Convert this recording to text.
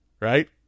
Right